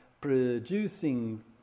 producing